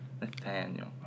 Nathaniel